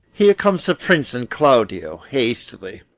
here comes the prince and claudio hastily.